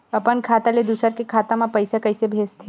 अपन खाता ले दुसर के खाता मा पईसा कइसे भेजथे?